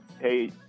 Hey